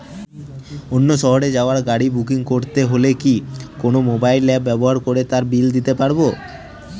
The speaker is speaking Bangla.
অন্য শহরে যাওয়ার গাড়ী বুকিং করতে হলে কি কোনো মোবাইল অ্যাপ ব্যবহার করে তার বিল দিতে পারব?